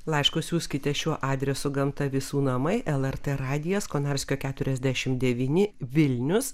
laiškus siųskite šiuo adresu gamta visų namai lrt radijas konarskio keturiasdešimt devyni vilnius